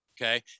Okay